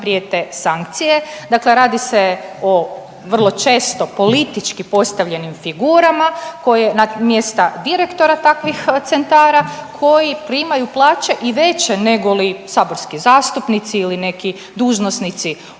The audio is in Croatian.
prijete sankcije, dakle radi se o vrlo često politički postavljenim figurama na mjesta direktora takvih centara koji primaju plaće i veće negoli saborski zastupnici ili neki dužnosnici